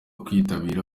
kwitabira